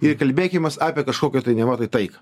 ir kalbėkimės apie kažkokią tai neva tai taiką